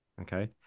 okay